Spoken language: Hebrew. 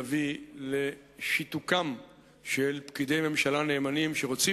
יביא לשיתוקם של פקידי ממשלה נאמנים שרוצים,